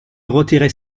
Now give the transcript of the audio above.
retirer